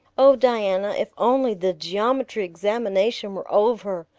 oh, diana, if only the geometry examination were over!